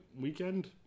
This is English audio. Weekend